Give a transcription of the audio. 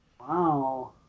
Wow